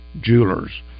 Jewelers